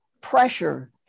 pressure